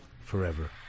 forever